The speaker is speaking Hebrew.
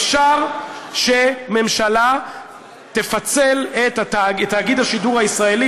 אפשר שממשלה תפצל את תאגיד השידור הישראלי